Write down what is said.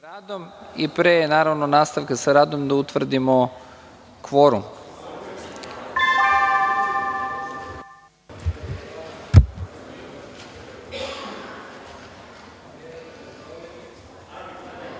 i pre, naravno, nastavka sa radom da utvrdimo kvorum. Na